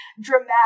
dramatic